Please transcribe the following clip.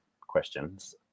questions